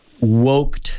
woke